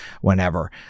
whenever